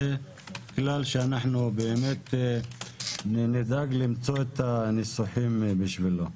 זה כלל שאנחנו נדאג למצוא את הניסוחים בשבילו.